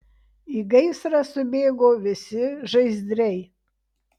į gaisrą subėgo visi žaizdriai